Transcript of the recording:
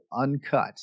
uncut